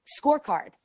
scorecard